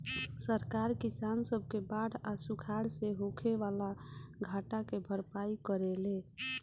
सरकार किसान सब के बाढ़ आ सुखाड़ से होखे वाला घाटा के भरपाई करेले